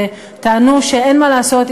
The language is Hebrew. וטענו שאין מה לעשות,